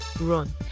run